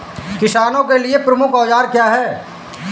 किसानों के लिए प्रमुख औजार क्या हैं?